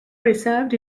preserved